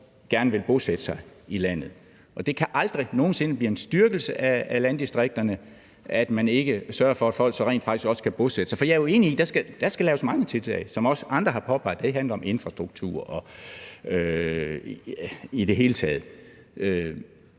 gerne vil bosætte sig i landet. Det kan aldrig nogen sinde blive en styrkelse af landdistrikterne, at man ikke sørger for, at folk så rent faktisk også kan bosætte sig. For jeg er jo enig i, at der skal laves mange tiltag, som også andre har påpeget det – det handler om infrastruktur i det hele taget.